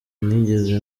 nigeze